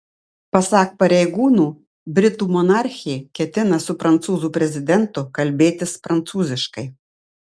pasak pareigūnų britų monarchė ketina su prancūzų prezidentu kalbėtis prancūziškai